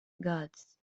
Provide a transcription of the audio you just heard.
gods